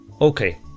Okay